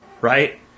Right